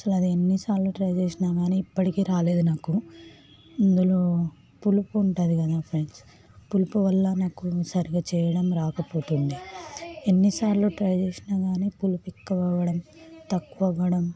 అసలు అది ఎన్నిసార్లు ట్రై చేసినా గానీ ఇప్పటికి రాలేదు నాకు అందులో పులుపు ఉంటుంది కదా ఫ్రెండ్స్ పులుపు వల్ల నాకు సరిగా చేయడం రాకపోతుండే ఎన్నిసార్లు ట్రై చేసినా గానీ పులుపెక్కువవ్వడం తక్కువవ్వడం